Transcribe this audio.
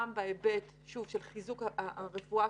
גם בהיבט של חיזוק הרפואה,